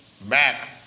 back